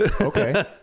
okay